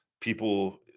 people